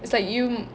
is that you